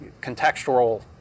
contextual